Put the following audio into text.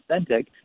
authentic